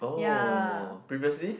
oh previously